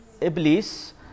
Iblis